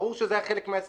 ברור שזה היה חלק מההסכם.